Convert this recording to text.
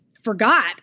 forgot